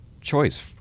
choice